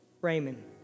Raymond